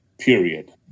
Period